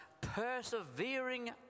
persevering